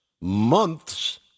months